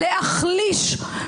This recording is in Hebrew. ב-2008.